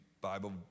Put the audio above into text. Bible